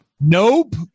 nope